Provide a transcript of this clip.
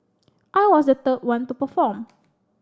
I was the third one to perform